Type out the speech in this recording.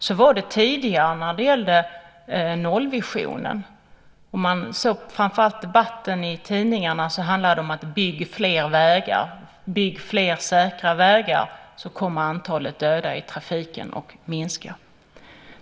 Så var det tidigare när det gäller nollvisionen. Debatten i tidningarna handlade framför allt om att bygga fler säkra vägar, och då skulle antalet döda i trafiken minska.